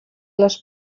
les